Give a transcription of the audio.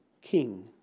king